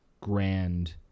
grand